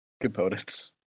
components